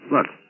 Look